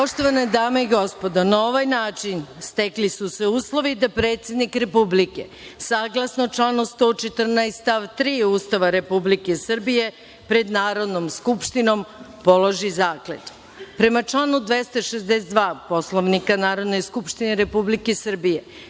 dame i gospodo, na ovaj način stekli su se uslovi da predsednik Republike, saglasno članu 114. stav 3. Ustava Republike Srbije, pred Narodnom skupštinom položi zakletvu. Prema članu 262. Poslovnika Narodne skupštine Republike Srbije,